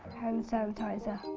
hand sanitizer.